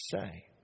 say